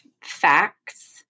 facts